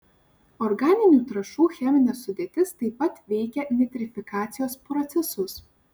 organinių trąšų cheminė sudėtis taip pat veikia nitrifikacijos procesus